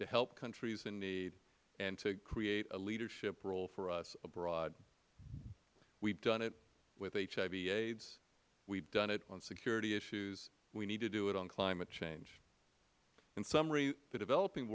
to help countries in need and to create a leadership role for us abroad we have done it with hivaids we have done it on security issues we need to do it on climate change in summary the developing